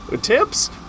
Tips